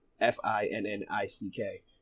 F-I-N-N-I-C-K